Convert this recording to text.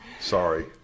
Sorry